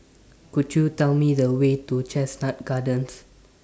Could YOU Tell Me The Way to Chestnut Gardens